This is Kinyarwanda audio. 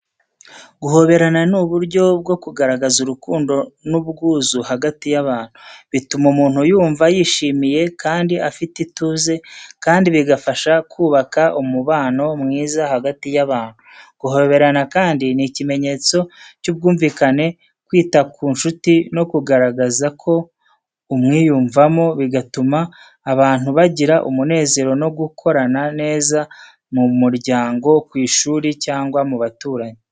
Guhoberana ni uburyo bwo kugaragaza urukundo n’ubwuzu hagati y’abantu. Bituma umuntu yumva yishimiye kandi afite ituze, kandi bigafasha kubaka umubano mwiza hagati y’abantu. Guhoberana kandi ni ikimenyetso cy’ubwumvikane, kwita ku nshuti no kugaragaza ko umwiyumvamo, bigatuma abantu bagira umunezero no gukorana neza mu muryango, ku ishuri cyangwa mu baturanyi.